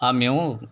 ఆ మేము